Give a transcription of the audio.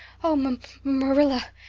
oh, mar marilla,